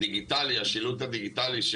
השילוט הדיגיטלי,